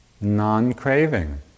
non-craving